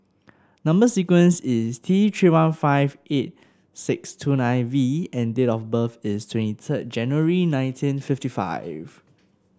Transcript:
number sequence is T Three one five eight six two nine V and date of birth is twenty third January nineteen fifty five